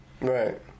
right